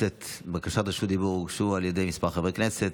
בקשות רשות דיבור הוגשו על ידי כמה חברי כנסת.